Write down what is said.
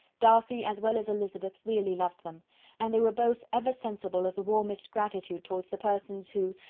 darcy, as well as elizabeth, really loved them and they were both ever sensible of the warmest gratitude towards the persons who,